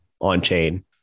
on-chain